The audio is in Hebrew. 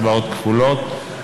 הצבעות כפולות.